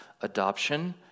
adoption